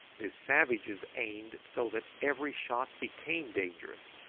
the savages aimed so that every shot became dangerous,